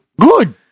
Good